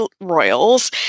royals